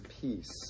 peace